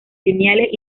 lineales